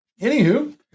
anywho